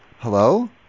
Hello